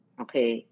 okay